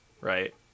right